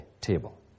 table